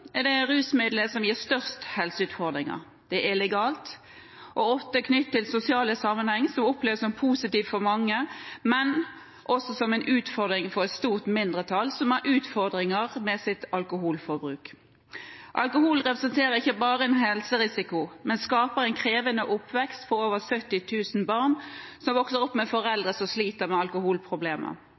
er det rusmiddelet som gir størst helseutfordringer. Det er legalt og ofte knyttet til sosiale sammenhenger som oppleves som positive for mange, men også som en utfordring for et stort mindretall som har utfordringer med sitt alkoholforbruk. Alkohol representerer ikke bare en helserisiko, men skaper en krevende oppvekst for over 70 000 barn som vokser opp med foreldre som sliter med